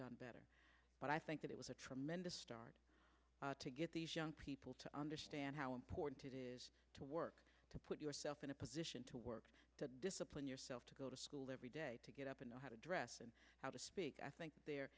done better but i think that it was a tremendous start to get these young people to understand how important to work to put yourself in a position to work discipline yourself to go to school every day to get up and know how to dress and how to speak i think th